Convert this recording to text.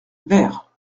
vers